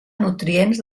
nutrients